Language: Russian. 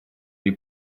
или